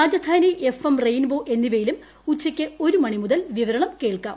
Rajdhani F M rainbow എന്നിവയിലും ഉച്ചയ്ക്ക് ഒരു മണിമുതൽ വിവരണം കേൾക്കാം